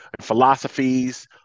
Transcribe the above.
philosophies